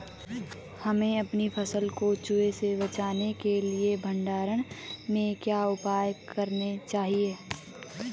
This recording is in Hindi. हमें अपनी फसल को चूहों से बचाने के लिए भंडारण में क्या उपाय करने चाहिए?